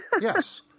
Yes